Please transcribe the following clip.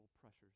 pressures